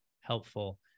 helpful